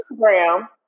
Instagram